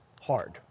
hard